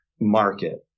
market